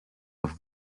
have